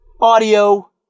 audio